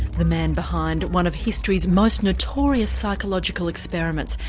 the man behind one of history's most notorious psychological experiments,